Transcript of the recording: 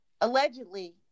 allegedly